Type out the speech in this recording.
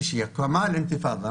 כשהסתיימה האינתיפאדה